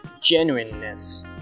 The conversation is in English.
genuineness